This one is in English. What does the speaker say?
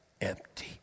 empty